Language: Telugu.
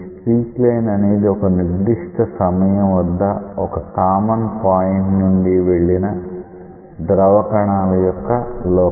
స్ట్రీక్ లైన్ అనేది ఒక నిర్దిష్ట సమయం వద్ద ఒక కామన్ పాయింట్ నుండి వెళ్లిన ద్రవ కణాల యొక్క లోకస్